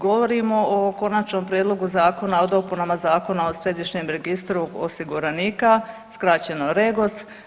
Govorimo o Konačnom prijedlogu Zakona o dopunama Zakona o središnjem registru osiguranika, skraćeno REGOS.